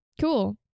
cool